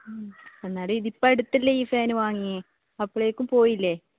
എന്നാലും ഇതിപ്പോൾ അടുത്തല്ലേ ഈ ഫാന് വാങ്ങിയത് അപ്പോഴേക്കും പോയില്ലേ